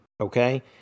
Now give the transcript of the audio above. okay